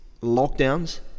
lockdowns